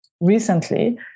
recently